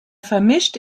vermischt